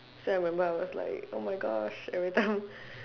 so I remember I was like oh my gosh every time